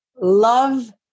love